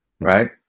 right